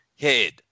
head